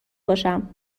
باشم